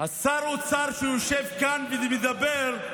אז שר האוצר שיושב כאן ומדבר,